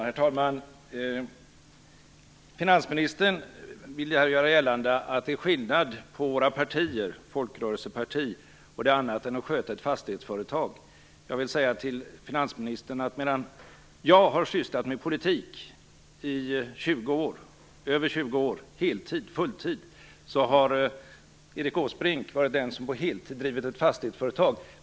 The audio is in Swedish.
Herr talman! Finansministern vill här göra gällande att det är skillnad på våra partier så till vida att hans är ett folkrörelseparti, samt att det är någonting annat att sköta ett sådant än att sköta ett fastighetsföretag. Jag vill då säga till finansministern att jag har sysslat med politik på heltid i över 20 år medan Erik Åsbrink har varit den som på heltid drivit ett fastighetsföretag.